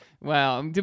Wow